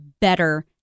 better